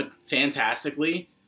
fantastically